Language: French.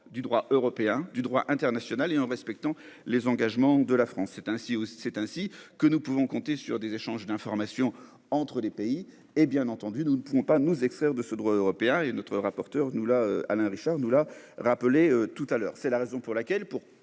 du droit européen du droit international et en respectant les engagements de la France, c'est ainsi. C'est ainsi que nous pouvons compter sur des échanges d'informations entre les pays et bien entendu nous ne pouvons pas nous extraire de ce droit européen et notre rapporteur nous là. Alain Richard, nous l'a rappelé tout à l'heure, c'est la raison pour laquelle